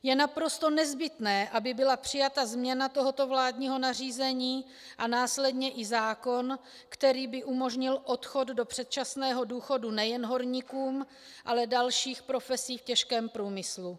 Je naprosto nezbytné, aby byla přijata změna tohoto vládního nařízení a následně i zákon, který by umožnil odchod do předčasného důchodu nejen horníkům, ale v dalších profesích v těžkém průmyslu.